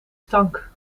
stank